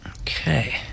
Okay